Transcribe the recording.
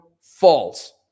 false